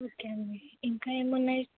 okay అండి ఇంకా ఏమున్నాయి